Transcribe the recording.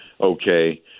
Okay